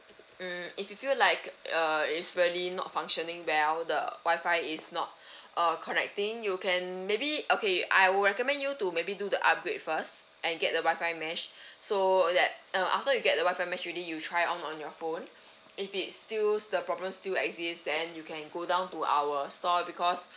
mm if you liked uh is really not functioning well the wifi is not uh connecting you can maybe okay I will recommend you to maybe do the upgrade first and get the wifi mesh so that uh after you get the wifi mesh already you try on on your phone if it still the problem still exists then you can go down to our store because